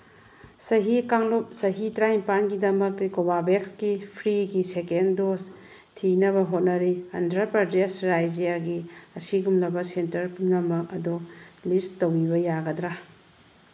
ꯆꯍꯤ ꯀꯥꯡꯂꯨꯞ ꯆꯍꯤ ꯇꯔꯥꯅꯤꯄꯥꯜꯒꯤꯗꯃꯛ ꯀꯣꯕꯥꯕꯦꯛꯁꯀꯤ ꯐ꯭ꯔꯤꯒꯤ ꯁꯦꯀꯦꯟ ꯗꯣꯁ ꯊꯤꯅꯕ ꯍꯣꯠꯅꯔꯤ ꯑꯟꯗ꯭ꯔꯥ ꯄ꯭ꯔꯗꯦꯁ ꯇꯥꯖ꯭ꯌꯥꯒꯤ ꯑꯁꯤꯒꯨꯝꯂꯕ ꯁꯦꯟꯇꯔ ꯄꯨꯝꯅꯃꯛ ꯑꯗꯨ ꯂꯤꯁ ꯇꯧꯕꯤꯕ ꯌꯥꯒꯗ꯭ꯔꯥ